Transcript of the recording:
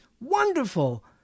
wonderful